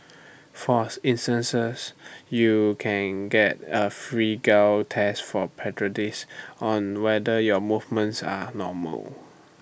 for instances you can get A free gel test for on whether your movements are normal